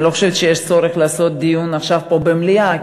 אני לא חושבת שיש צורך לעשות עכשיו דיון פה במליאה,